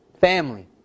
family